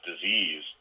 disease